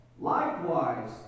Likewise